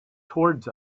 towards